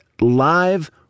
live